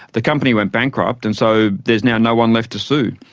the company went bankrupt and so there's now no one left to sue,